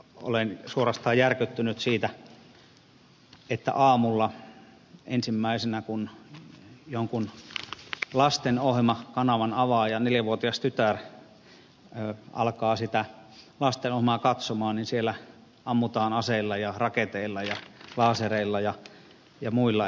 olen suorastaan järkyttynyt siitä että aamulla ensimmäisenä kun jonkun lastenohjelmakanavan avaa ja neljävuotias tytär alkaa sitä lastenohjelmaa katsoa siellä ammutaan aseilla raketeilla ja lasereilla ja muilla